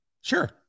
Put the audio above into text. Sure